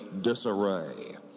disarray